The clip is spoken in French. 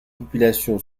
population